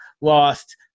lost